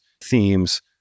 themes